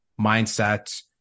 mindset